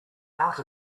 out